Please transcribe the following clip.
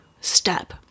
step